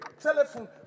telephone